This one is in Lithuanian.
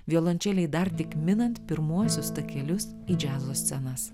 violončelei dar tik minant pirmuosius takelius į džiazo scenas